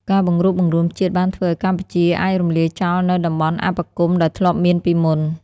ការបង្រួបបង្រួមជាតិបានធ្វើឱ្យកម្ពុជាអាចរំលាយចោលនូវតំបន់អបគមន៍ដែលធ្លាប់មានពីមុន។